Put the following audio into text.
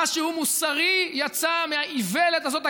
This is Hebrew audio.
משהו מוסרי יצא מהאיוולת הזאת?